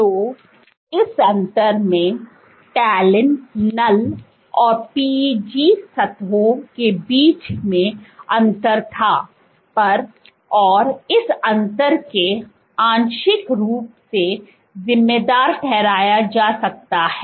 तो इस अंतर में टैलिन नल और PEG सतहों के बीच में अंतर था पर और इस अंतर को आंशिक रूप से जिम्मेदार ठहराया जा सकता है